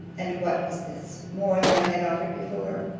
and what was this, more than i had offered before?